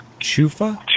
chufa